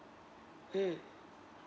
mm